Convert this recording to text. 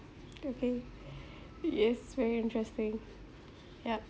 okay yes very interesting ya